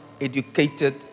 educated